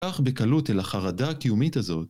אך בקלות אל החרדה הקיומית הזאת.